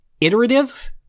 iterative